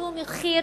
שהוא מחיר